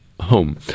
home